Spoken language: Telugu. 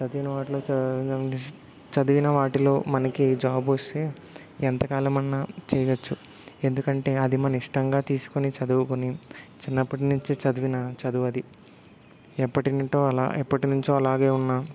చదివిన వాటిలో చా డిష్ చదివిన వాటిలో మనకి జాబ్ వస్తే ఎంతకాలమన్నా చెయ్యొచ్చు ఎందుకంటే అది మన ఇష్టంగా తీసుకుని చదువుకుని చిన్నప్పటినించి చదివినా చదువది ఎప్పటి నింటో అలా ఎప్పటినించో అలాగే ఉన్నా